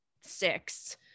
six